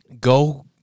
Go